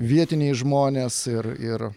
vietiniai žmonės ir ir